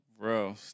Bro